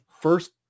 first